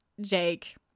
Jake